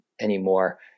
anymore